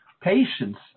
patience